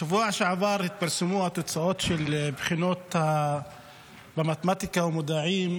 בשבוע שעבר התפרסמו התוצאות של הבחינות במתמטיקה ובמדעים,